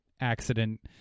accident